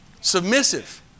Submissive